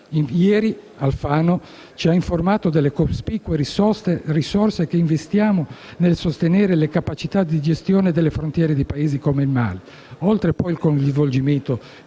Alfano ci ha informato delle cospicue risorse che investiamo nel sostenere la capacità di gestione delle frontiere di Paesi come il Mali. Vi è inoltre il coinvolgimento